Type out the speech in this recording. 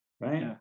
right